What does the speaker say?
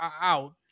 out